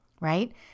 right